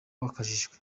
wakajijwe